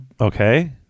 Okay